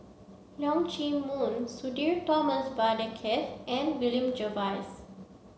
Leong Chee Mun Sudhir Thomas Vadaketh and William Jervois